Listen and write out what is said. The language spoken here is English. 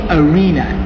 arena